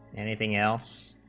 anything else